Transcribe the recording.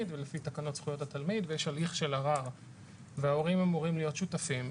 ולפי תקנות זכויות התלמיד יש הליך של ערר וההורים אמורים להיות שותפים.